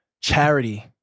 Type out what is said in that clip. Charity